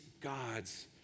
God's